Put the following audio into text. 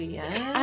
yes